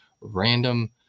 random